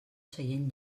seient